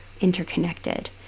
interconnected